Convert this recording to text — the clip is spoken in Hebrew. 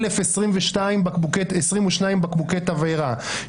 1,022 בקבוקי תבעירה,